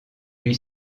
lui